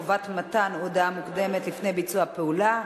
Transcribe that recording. חובת מתן הודעה מוקדמת לפני ביצוע פעולה),